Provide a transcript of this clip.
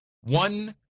one